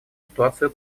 ситуацию